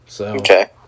Okay